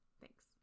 Thanks